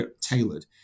tailored